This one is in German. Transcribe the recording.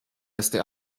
erste